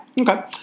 Okay